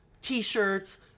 T-shirts